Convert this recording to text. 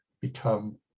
become